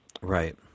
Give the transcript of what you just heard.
Right